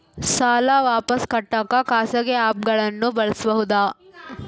ಸಾಲ ವಾಪಸ್ ಕಟ್ಟಕ ಖಾಸಗಿ ಆ್ಯಪ್ ಗಳನ್ನ ಬಳಸಬಹದಾ?